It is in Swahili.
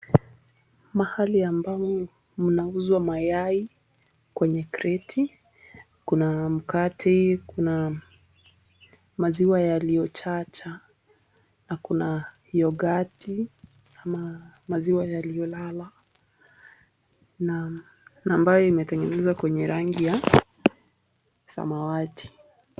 Mahali ambamo mnauzwa mayai kwenye kreti, kuna mkate, kuna maziwa yaliochacha na kuna yogati ama maziwa yaliolala na ambayo imetengenezwa kwenye rangi ya samawati.